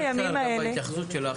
אם אפשר גם בהתייחסות שלך,